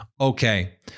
okay